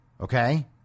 okay